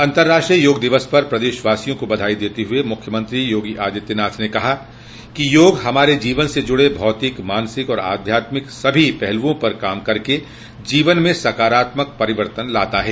अंतर्राष्ट्रीय योग दिवस पर प्रदेशवासियों को बधाई देते हुए मुख्यमत्री योगी आदित्यनाथ ने कहा कि योग हमारे जीवन से जुड़े भौतिक मानसिक तथा अध्यात्मिक सभी पहलुओं पर काम कर जीवन में सकारात्मक परिवर्तन लाता है